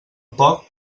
poc